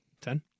Ten